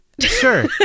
Sure